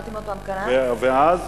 ואז,